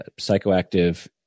psychoactive